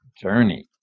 journey